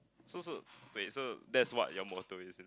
so so wait so that's what your motto is